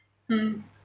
mm